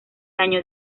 año